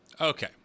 okay